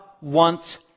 wants